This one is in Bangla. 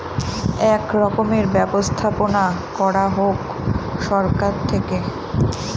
এক রকমের ব্যবস্থাপনা করা হোক সরকার থেকে